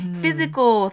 physical